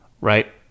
right